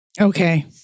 Okay